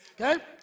Okay